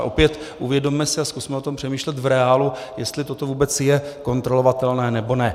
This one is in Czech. Ale opět, uvědomme si a zkusme o tom přemýšlet v reálu, jestli toto vůbec je kontrolovatelné, nebo ne.